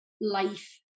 life